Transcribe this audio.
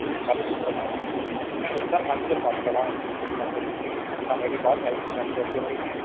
وعلیکم السلام میں ایچ آر منیجر بات کر رہا ہوں انفوسس کمپنی سے کیا میری بات آئی ٹی منیجر سے ہو رہی ہے